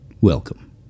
welcome